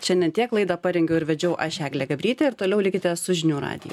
šiandien tiek laidą parengiau ir vedžiau aš eglė gabrytė ir toliau likite su žinių radiju